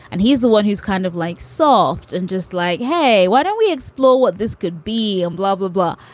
and he's the one who's kind of like solved. and just like, hey, why don't we explore what this could be um blah, blah, blah.